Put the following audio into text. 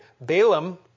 Balaam